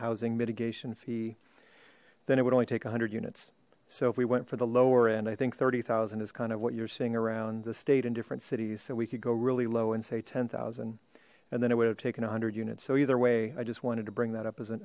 housing mitigation fee then it would only take one hundred units so if we went for the lower end i think thirty thousand is kind of what you're seeing around the state in different cities so we could go really low and say ten thousand and then i would have taken one hundred units so either way i just wanted to bring that up as an